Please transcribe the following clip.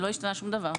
לא השתנה שום דבר.